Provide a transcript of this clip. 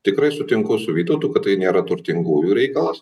tikrai sutinku su vytautu kad tai nėra turtingųjų reikalas